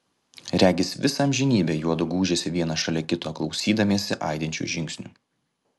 regis visą amžinybę juodu gūžėsi vienas šalia kito klausydamiesi aidinčių žingsnių